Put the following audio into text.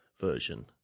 version